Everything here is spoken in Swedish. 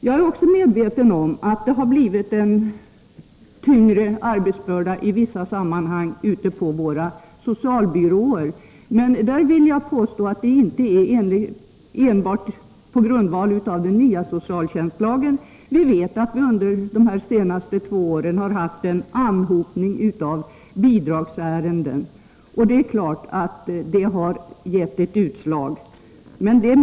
Också jag är medveten om att man ute på socialbyråerna i vissa avseenden har fått en tyngre arbetsbörda, men jag vill påstå att detta inte enbart har att göra med den nya socialtjänstlagen. Vi vet att man under de senaste två åren har haft en anhopning av bidragsärenden, och givetvis har även det inverkat på arbetsbelastningen.